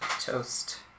toast